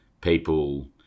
people